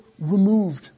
removed